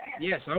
Yes